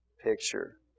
picture